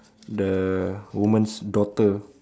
the woman's daughter